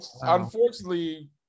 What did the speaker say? unfortunately